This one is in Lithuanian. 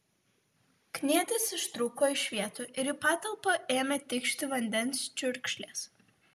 kniedės ištrūko iš vietų ir į patalpą ėmė tikšti vandens čiurkšlės